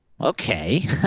Okay